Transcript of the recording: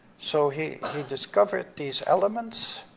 so he discovered these elements